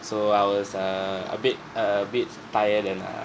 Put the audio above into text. so I was err a bit a bit tired and err